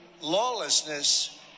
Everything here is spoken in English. lawlessness